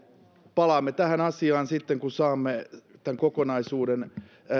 palaamme tähän asiaan sitten kun saamme tämän kokonaisuuden